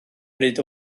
bryd